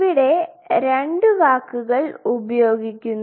ഇവിടെ രണ്ട് വാക്കുകൾ ഉപയോഗിക്കുന്നു